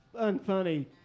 unfunny